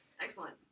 excellent